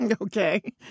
Okay